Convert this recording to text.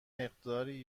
مقداری